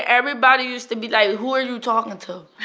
everybody used to be like, who are you talking to?